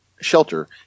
shelter